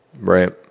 right